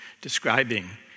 describing